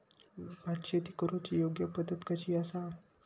भात शेती करुची योग्य पद्धत कशी आसा?